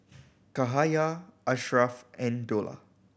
Cahaya Ashraff and Dollah